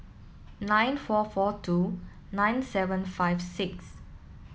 nine four four two nine seven five six